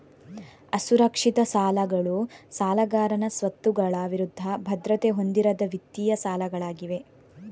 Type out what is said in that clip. ಅಸುರಕ್ಷಿತ ಸಾಲಗಳು ಸಾಲಗಾರನ ಸ್ವತ್ತುಗಳ ವಿರುದ್ಧ ಭದ್ರತೆ ಹೊಂದಿರದ ವಿತ್ತೀಯ ಸಾಲಗಳಾಗಿವೆ